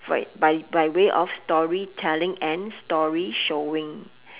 for e~ by by way of story telling and story showing